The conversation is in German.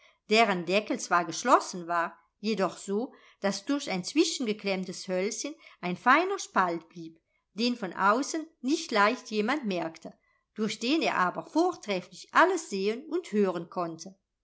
deren deckel zwar geschlossen war jedoch so daß durch ein zwischengeklemmtes hölzchen ein feiner spalt blieb den von außen nicht leicht jemand merkte durch den er aber vortrefflich alles sehen und hören konnte